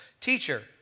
Teacher